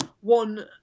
one